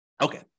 okay